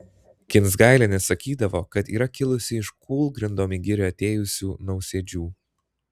kinsgailienė sakydavo kad yra kilusi iš kūlgrindom į girią atėjusių nausėdžių